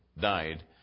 died